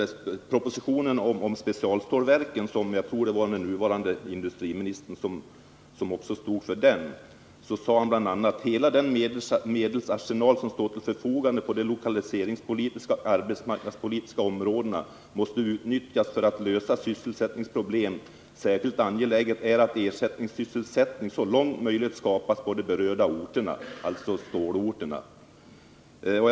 I propositionen om specialstålregionen verken, som jag tror att den nuvarande industriministern stod för, hette det att hela den medelsarsenal som står till förfogande på de lokaliseringspolitiska och arbetsmarknadspolitiska områdena måste utnyttjas för att lösa sysselsättningsproblem. Särskilt angeläget är det att ersättningssysselsättning så långt möjligt skapas på de berörda orterna, alltså stålorterna, sade industriministern vidare.